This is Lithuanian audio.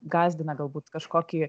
gąsdina galbūt kažkokį